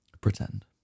Pretend